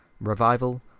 revival